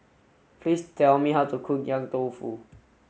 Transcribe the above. please tell me how to cook Yong Tau Foo